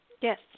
Yes